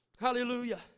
Hallelujah